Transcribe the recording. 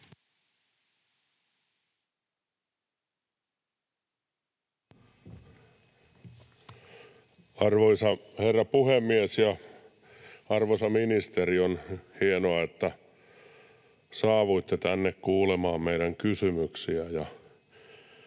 Arvoisa herra puhemies! Arvoisa ministeri, on hienoa, että saavuitte tänne kuulemaan meidän kysymyksiämme.